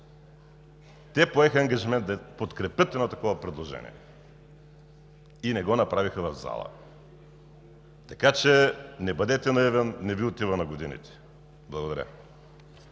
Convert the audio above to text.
Те поеха ангажимент да подкрепят едно такова предложение и не го направиха в залата. Така че не бъдете наивен, не Ви отива на годините. Благодаря.